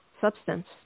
substance